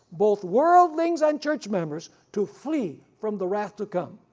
both worldlings and church members, to flee from the wrath to come.